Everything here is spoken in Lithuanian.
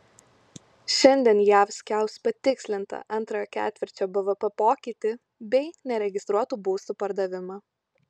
šiandien jav skelbs patikslintą antrojo ketvirčio bvp pokytį bei neregistruotų būstų pardavimą